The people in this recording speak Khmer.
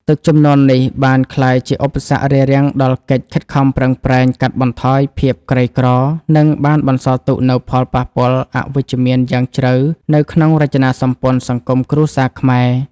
ទឹកជំនន់នេះ បានក្លាយជាឧបសគ្គរារាំងដល់កិច្ចខិតខំប្រឹងប្រែងកាត់បន្ថយភាពក្រីក្រ និងបានបន្សល់ទុកនូវផលប៉ះពាល់អវិជ្ជមានយ៉ាងជ្រៅនៅក្នុងរចនាសម្ព័ន្ធសង្គមគ្រួសារខ្មែរ។